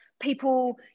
People